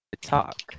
talk